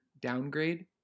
downgrade